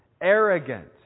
arrogant